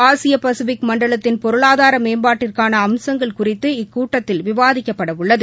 ஆசிய பசிபிக் மண்டலத்தின் பொருளாதார மேம்பாட்டிற்கான அம்சங்கள் குறித்து இக்கூட்டத்தில் விவாதிக்கப்படவுள்ளது